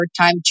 time